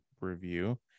review